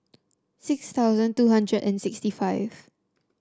six thousand two hundred and sixty five